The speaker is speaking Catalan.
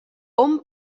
hom